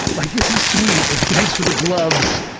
like this is sweet, thanks for the gloves.